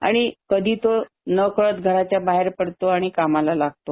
आणि कधी तो नकळत घराच्या बाहेर पडतो आणि कामाला लागतो